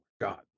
god